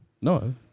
No